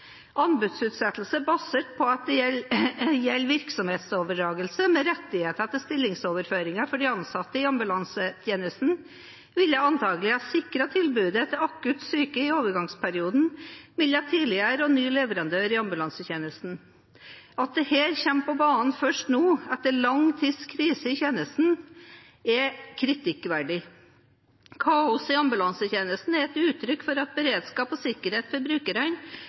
Anbudsutsettelse basert på at dette gjelder virksomhetsoverdragelse med rettigheter til stillingsoverføringer for de ansatte i ambulansetjenesten, ville antagelig ha sikret tilbudet til akutt syke i overgangsperioden mellom tidligere og ny leverandør av ambulansetjenesten. At dette kommer på banen først nå, etter lang tids krise i tjenesten, er kritikkverdig. Kaoset i ambulansetjenesten er et uttrykk for at beredskap og sikkerhet for brukerne